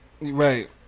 Right